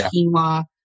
quinoa